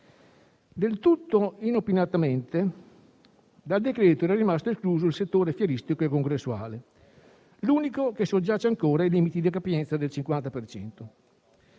Del tutto inopinatamente, dal decreto-legge era rimasto escluso il settore fieristico e congressuale, l'unico che soggiace ancora ai limiti di capienza del 50